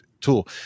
tool